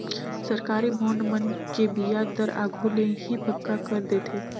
सरकारी बांड मन के बियाज दर आघु ले ही पक्का कर देथे